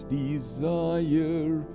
desire